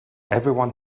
everyone